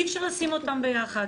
אי אפשר לשים אותם ביחד